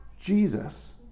Jesus